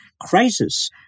crisis